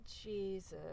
Jesus